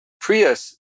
Prius